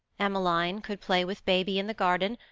emmeline could play with baby in the garden,